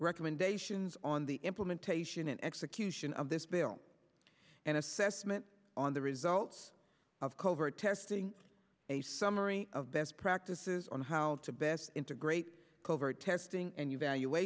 recommendations on the implementation and execution of this bill and assessment on the results covert testing a summary of best practices on how to best integrate covert testing and evaluat